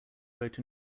wrote